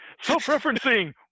self-referencing